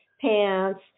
pants